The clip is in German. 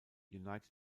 united